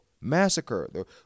Massacre